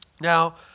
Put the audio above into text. Now